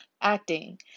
Acting